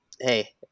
hey